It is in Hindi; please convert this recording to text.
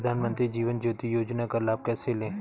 प्रधानमंत्री जीवन ज्योति योजना का लाभ कैसे लें?